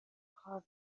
کار